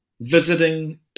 visiting